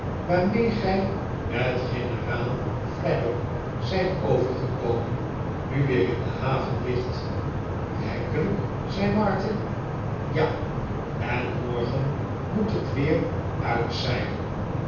waarmee gij met generaal fladdock isijt overgekomen nu weer in de haven ligt werkelijk zei martin ja en morgen moet het weer uitzeilen